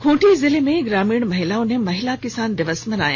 खूंटी जिले में ग्रामीण महिलाओं ने महिला किसान दिवस मनाया